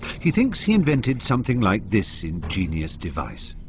he thinks he invented something like this ingenious device.